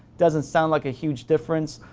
doesn't sound like a huge difference,